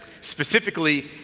specifically